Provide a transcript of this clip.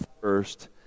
first